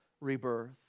rebirth